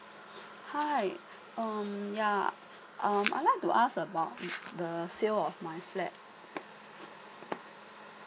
hi um yeah uh I like to ask about the sale of my flat